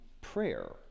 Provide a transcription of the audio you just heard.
prayer